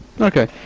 Okay